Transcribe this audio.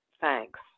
thanks